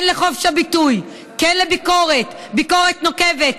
כן לחופש הביטוי, כן לביקורת, ביקורת נוקבת,